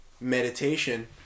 meditation